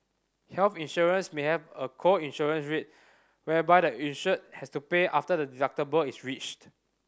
health insurance may have a co insurance rate whereby the insured has to pay after the deductible is reached